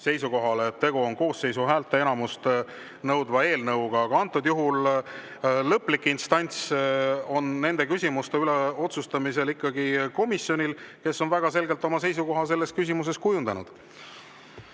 seisukohale, et tegu on koosseisu häälteenamust nõudva eelnõuga. Antud juhul on lõplik instants nende küsimuste üle otsustamisel ikkagi komisjon, kes on väga selgelt oma seisukoha selles küsimuses kujundanud.